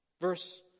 Verse